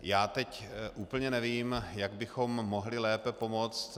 Já teď úplně nevím, jak bychom mohli lépe pomoci.